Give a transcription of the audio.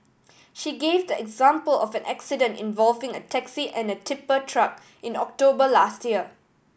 she gave the example of an accident involving a taxi and a tipper truck in October last year